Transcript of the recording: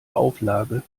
auflage